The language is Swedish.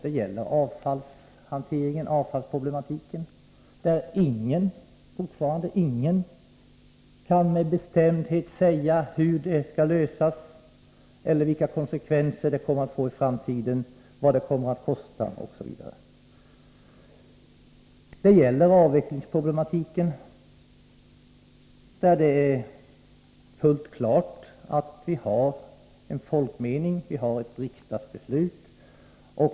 Det gäller avfallsproblemet; ingen kan ännu med bestämdhet säga hur det skall lösas, vilka konsekvenser det kommer att få i framtiden, vad det kommer att kosta osv. Det gäller avvecklingsproblematiken. Här är det fullt klart att vi har en folkmening, vi har ett riksdagsbeslut.